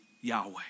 Yahweh